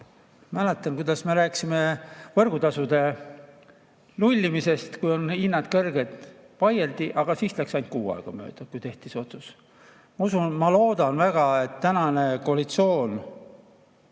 Mäletan, kuidas me rääkisime võrgutasude nullimisest, kui on hinnad kõrged. Vaieldi, aga siis läks ainult kuu aega mööda, kui tehti see otsus ära. Ma usun ja loodan väga, et tänane koalitsioon